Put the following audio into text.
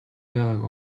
байгааг